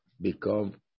become